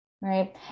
right